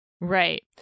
Right